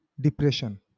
depression